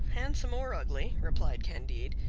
handsome or ugly, replied candide,